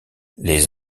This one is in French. les